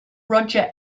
roger